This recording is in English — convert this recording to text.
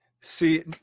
See